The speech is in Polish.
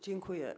Dziękuję.